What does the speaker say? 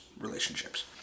relationships